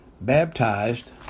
baptized